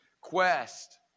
quest